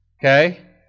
Okay